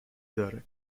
داره